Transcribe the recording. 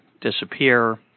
disappear